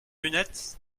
lunettes